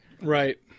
Right